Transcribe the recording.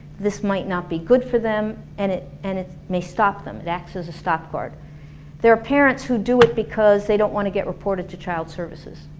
this might not be good for them and it and may stop them, it acts as a stop-guard there are parents who do it because they don't want to get reported to child services.